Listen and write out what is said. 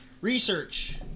research